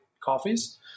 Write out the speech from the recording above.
coffees